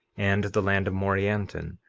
and the land of morianton,